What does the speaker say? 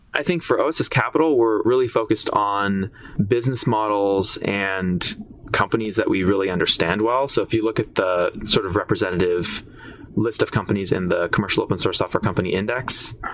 i think for oss capital, we're really focused on business models and companies that we really understand well. so if you look at the sort of representative list of companies in the commercial open source software company index,